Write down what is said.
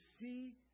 see